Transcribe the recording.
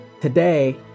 Today